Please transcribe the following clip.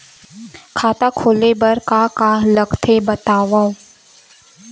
खाता खोले बार का का लगथे बतावव?